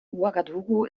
ouagadougou